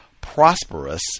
prosperous